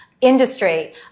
industry